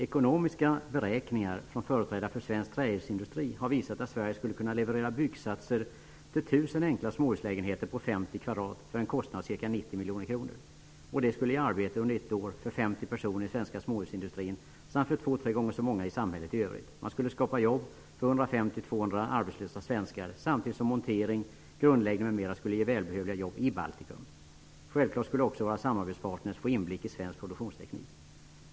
Ekonomiska beräkningar från företrädare för svensk trähusindustri har visat att Sverige skulle kunna leverera byggsatser till 1 000 enkla småhuslägenheter på 50 kvadratmeter för en kostnad av ca 90 miljoner kronor. Det skulle ge arbete för 50 personer i den svenska småhusindustrin under ett år, samt för två eller tre gånger så många i samhället i övrigt. Man skulle skapa jobb för 150--200 arbetslösa svenskar, samtidigt som montering, grundläggning m.m. skulle ge välbehövliga jobb i Baltikum. Självfallet skulle våra samarbetspartner också få inblick i svensk produktionsteknik.